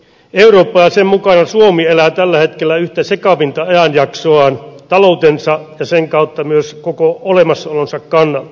eurooppalaisten mukana suomi elää tällä hetkellä yhtä sekavinta ajanjaksoaan taloutensa ja sen kautta myös koko olemassaolonsa kannalta